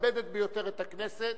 והמכבדת ביותר את הכנסת,